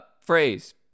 phrase